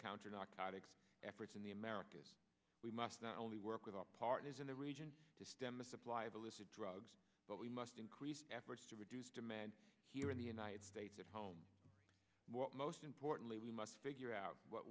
counter narcotics efforts in the americas we must not only work with our partners in the region to stem the supply of illicit drugs but we must increase efforts to reduce demand here in the united states at home most importantly we must figure out what